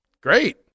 Great